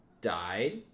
died